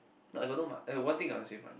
I got no mono I got one thing I want to save money